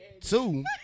Two